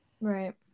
Right